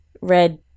red